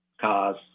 cars